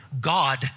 God